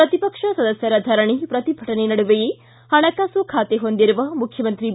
ಪ್ರತಿಪಕ್ಷ ಸದಸ್ಥರ ಧರಣಿ ಪ್ರತಿಭಟನೆ ನಡುವೆಯೇ ಪಣಕಾಸು ಖಾತೆ ಹೊಂದಿರುವ ಮುಖ್ಯಮಂತ್ರಿ ಬಿ